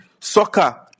Soccer